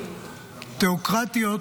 תיאוקרטיות